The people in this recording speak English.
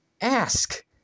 ask